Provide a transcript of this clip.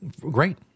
great